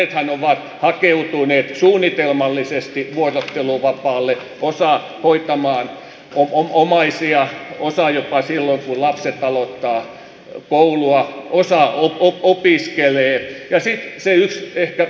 monethan ovat hakeutuneet suunnitelmallisesti vuorotteluvapaalle osa hoitamaan omaisia osa jopa silloin kun lapset aloittavat koulua osa opiskelee ja sitten se yksi ehkä merkittävin asia